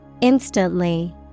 Instantly